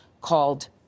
called